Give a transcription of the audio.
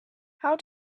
how